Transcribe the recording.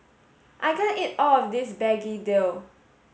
I can't eat all of this Begedil